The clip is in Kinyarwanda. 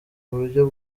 uburyo